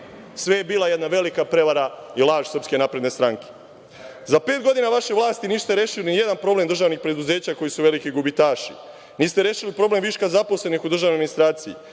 sve je bila jedna velika prevara i laž SNS.Za pet godina vaše vlasti niste rešili ni jedan problem državnih preduzeća koja su veliki gubitaši. Niste rešili problem viška zaposlenih u državnoj administraciji,